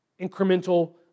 incremental